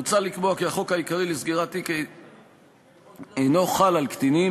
מוצע לקבוע כי החוק העיקרי לסגירת תיק אינו חל על קטינים.